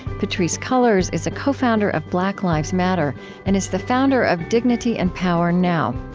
patrisse cullors is a co-founder of black lives matter and is the founder of dignity and power now.